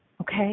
Okay